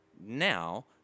now